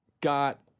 got